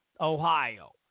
Ohio